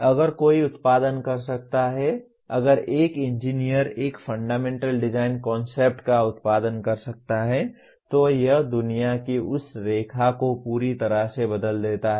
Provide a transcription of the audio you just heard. अगर कोई उत्पादन कर सकता है अगर एक इंजीनियर एक फंडामेंटल डिज़ाइन कन्सेप्ट् का उत्पादन कर सकता है तो यह दुनिया की उस रेखा को पूरी तरह से बदल देता है